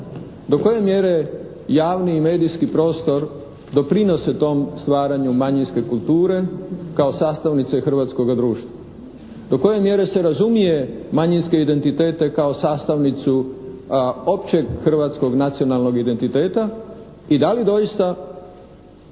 Do koje mjere javni i medijski prostor doprinose tom stvaranju manjinske kulture kao sastavnice hrvatskoga društva? Do koje mjere se razumije manjinske identitete kao sastavnicu općeg hrvatskog nacionalnog identiteta i da li doista